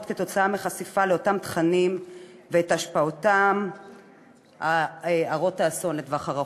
כתוצאה מחשיפה לאותם תכנים ואת השפעותיהן הרות האסון לטווח ארוך.